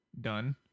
done